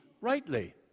rightly